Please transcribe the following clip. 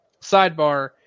sidebar